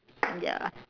ya